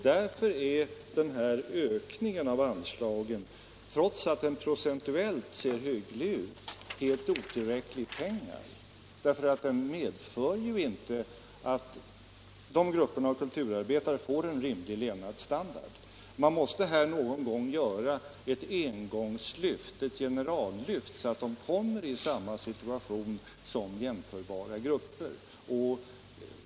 Därför är den här ökningen av anslagen, trots att den procentuellt ser hygglig ut, helt otillräcklig i pengar. Den medför ju inte att dessa grupper av kulturarbetare får en rimlig levnadsstandard. Man måste här någon gång göra ett engångslyft, ett generallyft, så att de kommer i samma situation som jämförbara grupper.